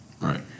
Right